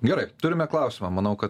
gerai turime klausimą manau kad